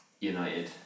United